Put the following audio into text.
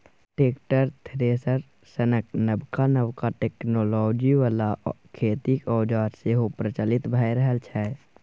tractor, thresher सनक नबका नबका टेक्नोलॉजी बला खेतीक औजार सेहो प्रचलित भए रहल छै